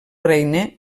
regne